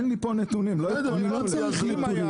לא התכוננו,